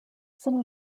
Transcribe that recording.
some